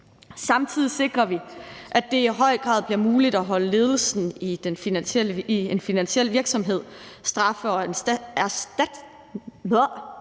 Samtidig sikrer vi, at det i høj grad bliver muligt at holde ledelsen i en finansiel virksomhed straffe- og